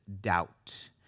doubt